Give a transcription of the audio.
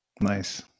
Nice